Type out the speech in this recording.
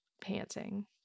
panting